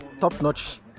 Top-notch